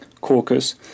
caucus